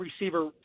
receiver